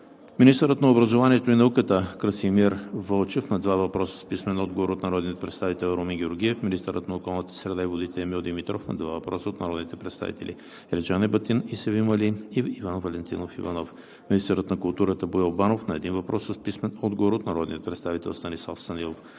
министърът на образованието и науката Красимир Вълчев – на два въпроса с писмен отговор от народния представител Румен Георгиев; - министърът на околната среда и водите Емил Димитров – на два въпроса от народните представители Ерджан Ебатин и Севим Али; и Иван Валентинов Иванов; - министърът на културата Боил Банов – на един въпрос с писмен отговор от народния представител Станислав Станилов.